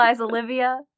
Olivia